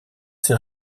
ces